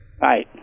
Right